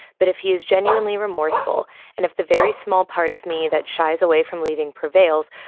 but if he is genuinely remorseful and if the very small part of me that shies away from leaving prevails,